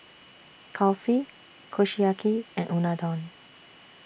Kulfi Kushiyaki and Unadon